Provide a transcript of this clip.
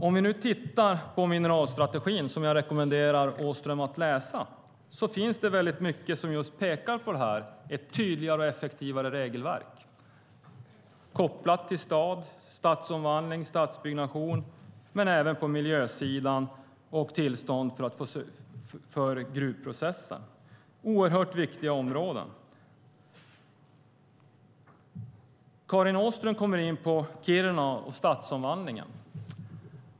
Om vi tittar på mineralstrategin, och jag rekommenderar Åström att läsa den, ser vi att det finns väldigt mycket som pekar på ett tydligare och effektivare regelverk, kopplat till stad, stadsomvandling, stadsbyggnation och även på miljösidan och tillstånd för gruvprocessen. Det är oerhört viktiga områden. Karin Åström kommer in på Kiruna och stadsomvandlingen.